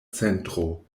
centro